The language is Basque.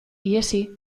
ihesi